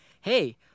hey